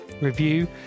review